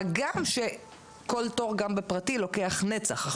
מה גם שכל תור גם בפרטי לוקח נצח.